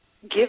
give